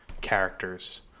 characters